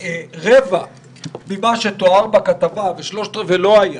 רבע ממה שתואר בכתבה והשאר לא היה,